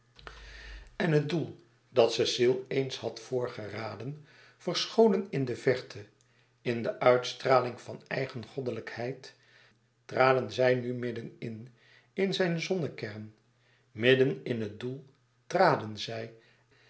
en het doel dat cecile eens had vrgeraden verscholen in de verte in de uitstraling van eigen goddelijkheid traden zij nu midden in in zijn zonnekern midden in het doel traden zij